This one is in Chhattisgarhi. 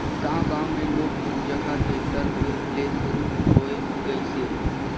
गांव गांव मे लोग मन जघा टेक्टर होय ले सुरू होये गइसे